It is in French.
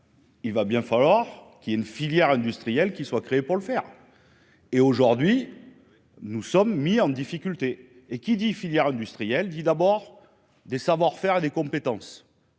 il va bien falloir qu'il y ait une filière industrielle qui soit créé pour le faire, et aujourd'hui nous sommes mis en difficulté et qui dit filière industrielle dit d'abord des savoir- faire et des compétences.